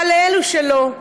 אבל לאלו שלא,